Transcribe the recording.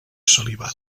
celibat